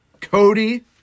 Cody